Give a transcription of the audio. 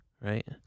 right